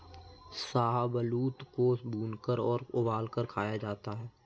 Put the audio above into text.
शाहबलूत को भूनकर और उबालकर खाया जाता है